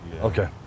Okay